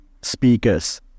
speakers